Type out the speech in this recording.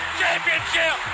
championship